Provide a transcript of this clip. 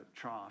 trough